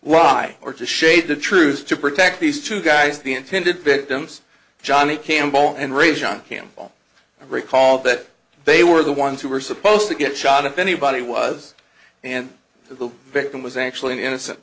lie or to shade the truth to protect these two guys the intended victims johnny campbell and ray shot him all recalled that they were the ones who were supposed to get shot if anybody was and the victim was actually an innocent